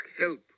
help